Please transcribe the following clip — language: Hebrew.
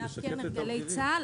עינב קרנר, גלי צה"ל.